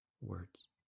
words